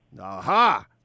Aha